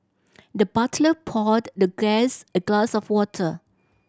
the butler poured the guest a glass of water